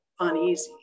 uneasy